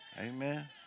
Amen